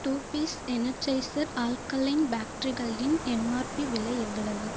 two piece Energizer alkaline பேட்ரிகளின் MRP விலை எவ்வளவு